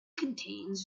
contains